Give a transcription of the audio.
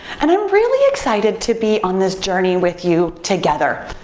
and i'm really excited to be on this journey with you together.